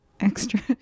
extra